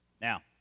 Now